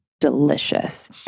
delicious